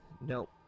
Nope